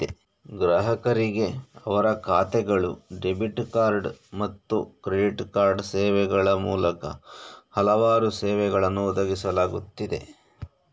ಗ್ರಾಹಕರಿಗೆ ಅವರ ಖಾತೆಗಳು, ಡೆಬಿಟ್ ಕಾರ್ಡ್ ಮತ್ತು ಕ್ರೆಡಿಟ್ ಕಾರ್ಡ್ ಸೇವೆಗಳ ಮೂಲಕ ಹಲವಾರು ಸೇವೆಗಳನ್ನು ಒದಗಿಸಲಾಗುತ್ತಿದೆ